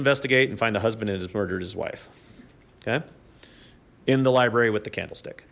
investigate and find the husband is murdered his wife okay in the library with the candlestick